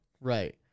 right